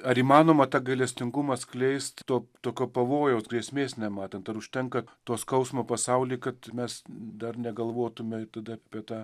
ar įmanoma tą gailestingumą skleist to tokio pavojaus grėsmės nematant ar užtenka to skausmo pasauly kad mes dar negalvotume tada apie tą